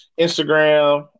Instagram